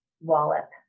wallop